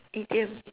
idiom